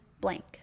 blank